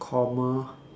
comma